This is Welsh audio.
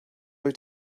wyt